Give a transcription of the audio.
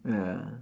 ya